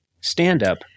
stand-up